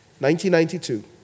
1992